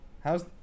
How's